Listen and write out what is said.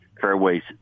fairways